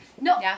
No